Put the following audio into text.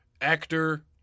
actor